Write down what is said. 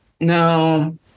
No